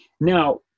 Now